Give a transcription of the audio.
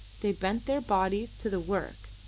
they bent their bodies to the work,